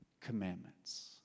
commandments